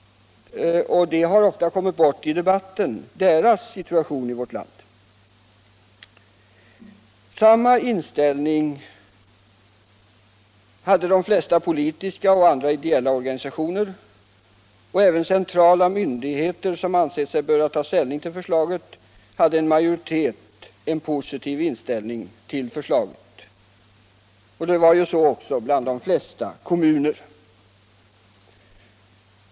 Deras situation i vårt land har ofta kommit bort i debatten. Samma inställning hade de flesta politiska och andra ideella organisationer, och även bland de centrala myndigheter som ansett sig böra ta ställning till förslaget hade en majoritet en positiv inställning till förslaget. Så var fallet också med de flesta kommuner.